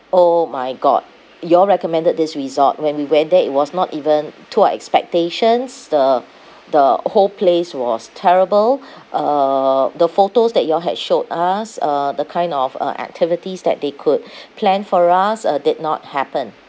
oh my god you all recommended this resort when we went there it was not even to our expectations the the whole place was terrible uh the photos that you all had showed us uh the kind of uh activities that they could plan for us uh did not happen